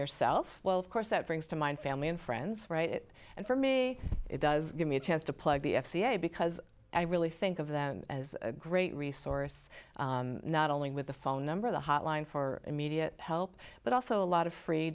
yourself well of course that brings to mind family and friends right and for me it does give me a chance to plug the f c a because i really think of them as a great resource not only with the phone number the hotline for immediate help but also a lot of free